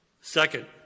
Second